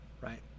right